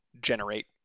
generate